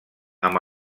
amb